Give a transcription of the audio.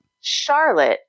Charlotte